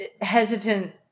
hesitant